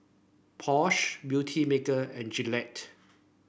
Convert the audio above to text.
Porsche Beautymaker and Gillette